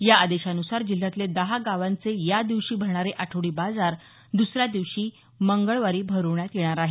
या आदेशानुसार जिल्ह्यातले दहा गावांचे या दिवशी भरणारे आठवडी बाजार द्सऱ्या दिवशी मंगळवारी भरवण्यात येणार आहेत